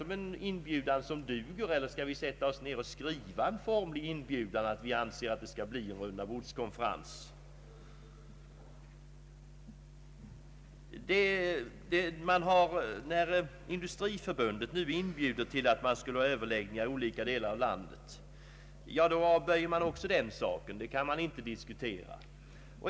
Duger det som inbjudan, eller skall vi sätta oss ned och skriva en formell inbjudan till en rundabordskonferens? När Industriförbundet nu inbjuder till överläggningar inom olika delar av landet, då avböjer regeringen också den inbjudan.